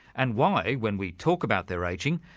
and why, when we talk about their ageing,